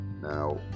now